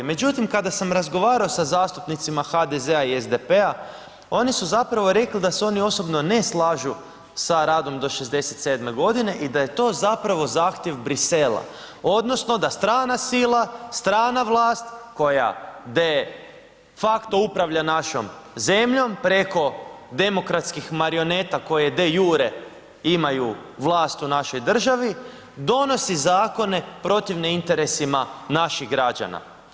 Međutim, kada sam razgovarao sa zastupnicima HDZ-a i SDP-a, oni su zapravo rekli da se oni osobno ne slažu sa radom do 67. godine i da je to zapravo zahtjev Bruxellesa, odnosno da strana sila, strana vlast, koja de facto upravlja našom zemljom preko demokratskih marioneta koja de iure imaju vlast u našoj državi, donosi zakone protivne interesima naših građana.